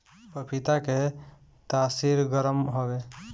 पपीता के तासीर गरम हवे